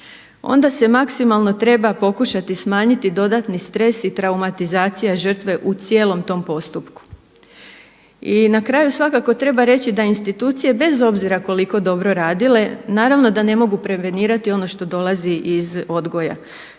onda se maksimalno trebao pokušati smanjiti dodatni stres i traumatizacija žrtve u cijelom tom postupku. I na kraju svakako treba reći da institucije bez obzira koliko dobro radile naravno da ne mogu prevenirati ono što dolazi iz odgoja.